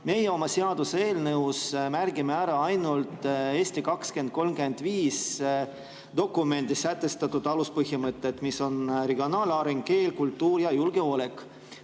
Meie oma seaduseelnõus märgime ära ainult "Eesti 2035" dokumendis sätestatud aluspõhimõtted, milleks on regionaalareng, keel, kultuur ja julgeolek.